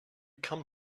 come